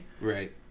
right